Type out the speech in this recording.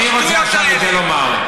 אני רוצה עכשיו את זה לומר.